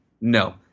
no